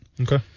Okay